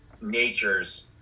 natures